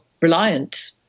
reliant